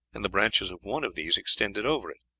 and the branches of one of these extended over it.